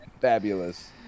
Fabulous